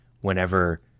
whenever